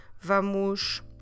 Vamos